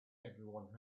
everyone